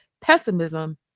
pessimism